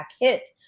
hit